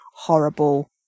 Horrible